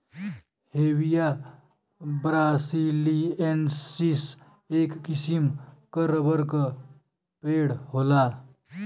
Hevea brasiliensis, एक किसिम क रबर क पेड़ होला